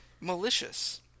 malicious